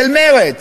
של מרצ.